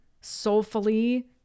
soulfully